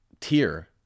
tier